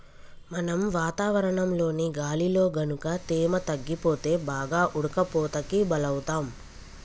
మనం వాతావరణంలోని గాలిలో గనుక తేమ తగ్గిపోతే బాగా ఉడకపోతకి బలౌతాం